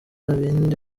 bindi